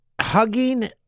hugging